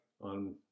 on